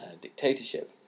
dictatorship